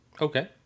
Okay